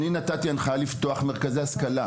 אני נתתי הנחיה לפתוח מרכזי השכלה.